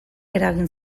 eragin